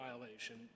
violation